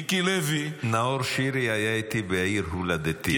מיקי לוי --- נאור שירי היה איתי בעיר הולדתי,